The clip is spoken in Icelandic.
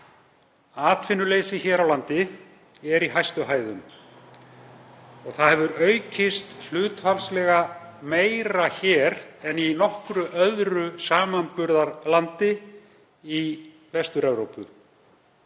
Atvinnuleysi hér á landi er í hæstu hæðum og það hefur aukist hlutfallslega meira hér en í nokkru öðru samanburðarlandi í Vestur-Evrópu.